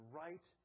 right